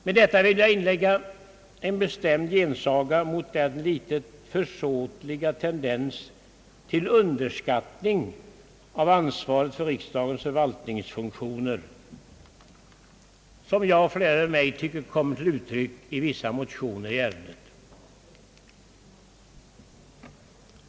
Med detta vill jag inlägga en bestämd gensaga mot den litet försåtliga tendens till underskattning av ansvaret för riksdagens förvaltningsfunktioner, som jag och flera med mig tycker har kommit till uttryck i vissa motioner i ärendet.